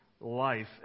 life